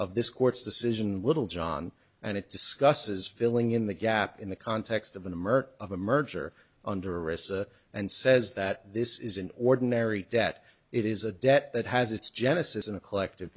of this court's decision littlejohn and it discusses filling in the gap in the context of an emergence of a merger under arrest and says that this is an ordinary debt it is a debt that has its genesis in a collective